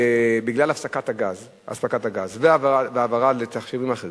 בגלל הפסקת אספקת הגז והמעבר לתחשיבים אחרים,